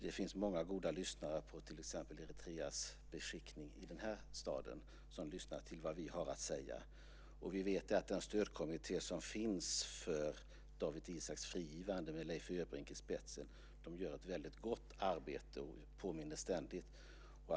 Det finns många goda lyssnare på till exempel Eritreas beskickning i den här staden, som lyssnar till vad vi har att säga. Vi vet att den stödkommitté som finns för Dawit Isaaks frigivande med Leif Öbrink i spetsen gör ett gott arbete. Man påminner ständigt om detta.